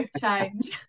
change